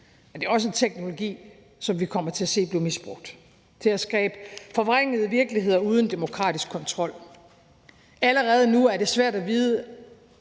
men det er også en teknologi, som vi kommer til at se blive misbrugt til at skabe forvrængede virkeligheder uden for demokratisk kontrol. Allerede nu er det svært at vide,